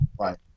Right